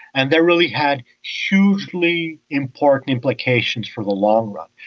and that really had hugely important implications for the long run.